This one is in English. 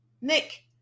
Nick